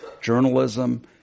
journalism